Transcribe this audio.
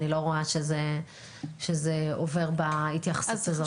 אני לא רואה שזה עובר בהתייחסות הזאת.